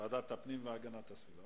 ועדת הפנים והגנת הסביבה.